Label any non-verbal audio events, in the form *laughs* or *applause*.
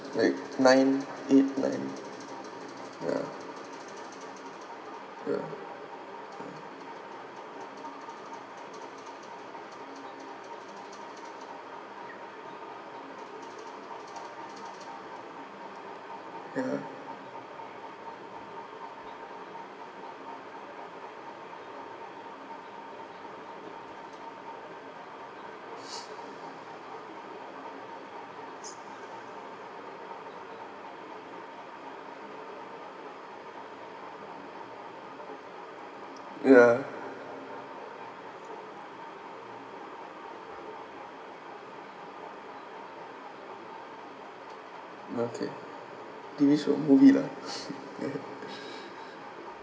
like nine eight nine yeah yeah yeah yeah okay T_V show movie lah *laughs* yeah *laughs*